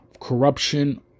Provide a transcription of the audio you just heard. corruption